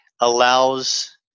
allows